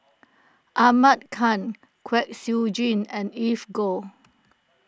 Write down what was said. Ahmad Khan Kwek Siew Jin and Evelyn Goh